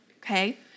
okay